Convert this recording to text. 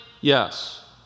yes